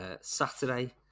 Saturday